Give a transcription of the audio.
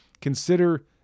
consider